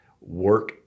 work